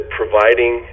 providing